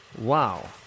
Wow